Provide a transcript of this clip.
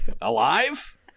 Alive